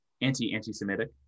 anti-anti-Semitic